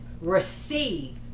Receive